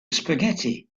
spaghetti